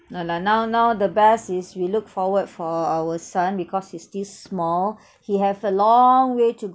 no lah now now the best is we look forward for our son because he's still small he have a long way to go